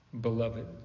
beloved